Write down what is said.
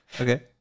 okay